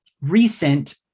Recent